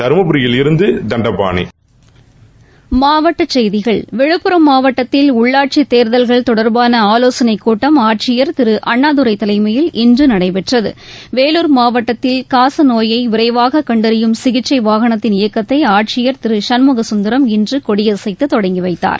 தருமபுரியிலிருந்து தண்டபானி மாவட்டச் செய்திகள் விழுப்புரம் மாவட்டத்தில் உள்ளாட்சித்தேர்தல்கள் தொடர்பான ஆலோசனைக்கூட்டம் ஆட்சியர் திரு அண்ணாதுரை தலைமையில் இன்று நடைபெற்றது வேலூர் மாவட்டத்தில் காச நோயை விரைவாக கண்டறியும் சிகிச்சை வாகனத்தின் இயக்கத்தை ஆட்சியர் திரு சண்முகசுந்தரம் இன்று கொடியசைத்து தொடங்கிவைத்தார்